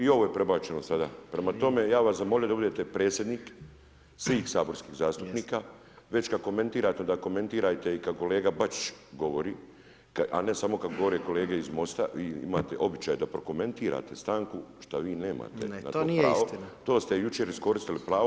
I ovo je prebačeno sada. prema tome, ja bih vas zamolio da budete predsjednik svih saborskih zastupnika, već kada komentirate onda komentirajte i kada kolega Bačić govori, a ne samo kada govore kolege iz Most-a i imate običaj da prokomentirate stanku, šta vi nemate [[Upadica predsjednik: Ne nije istina.]] to ste jučer iskoristili pravo.